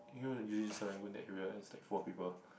you know usually Serangoon that you realize like full of people